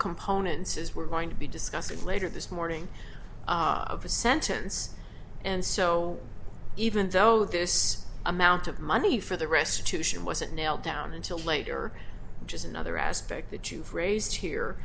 components as we're going to be discussing later this morning of a sentence and so even though this amount of money for the rest to show wasn't nailed down until later which is another aspect that you've raised here